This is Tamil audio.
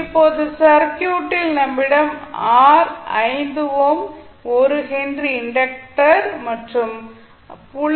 இப்போது சர்க்யூட்டில் நம்மிடம் R 5 ஓம் 1 ஹென்றி இண்டக்டர் மற்றும் 0